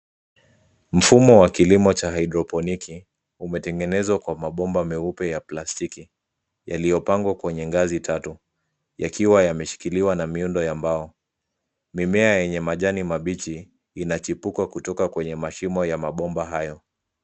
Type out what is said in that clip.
Mfumo wa kilimo cha haidroponiki umetengenezwa kwa mabomba meupe ya plastiki, yaliyopangwa kwenye ngazi tatu, yakiwa yameshikiliwa na miundo ya mbao. Mimea yenye majani mabichi inachipuka kutoka kwenye mashimo ya mabomba hayo.